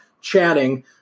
chatting